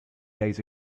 days